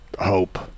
hope